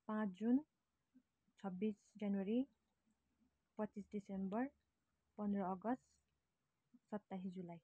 पाँच जुन छब्बिस जनवरी पच्चिस दिसम्बर पन्ध्र अगस्त सत्ताइस जुलाई